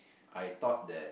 I thought that